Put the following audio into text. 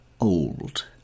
old